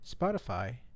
Spotify